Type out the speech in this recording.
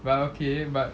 but okay but